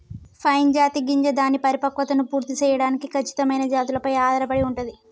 pine జాతి గింజ దాని పరిపక్వతను పూర్తి సేయడానికి ఖచ్చితమైన జాతులపై ఆధారపడి ఉంటుంది